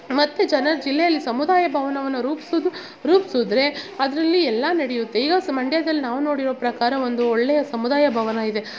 ಮತ್ತು ಜನ ಜಿಲ್ಲೆಯಲ್ಲಿ ಸಮುದಾಯ ಭವನವನ್ನ ರೂಪಿಸೋದು ರೂಪ್ಸಿದ್ರೆ ಅದರಲ್ಲಿ ಎಲ್ಲ ನಡೆಯುತ್ತೆ ಈಗ ಸ್ ಮಂಡ್ಯದಲ್ಲಿ ನಾವು ನೋಡಿರೋ ಪ್ರಕಾರ ಒಂದು ಒಳ್ಳೆಯ ಸಮುದಾಯ ಭವನ ಇದೆ